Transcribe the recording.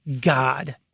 God